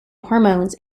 hormones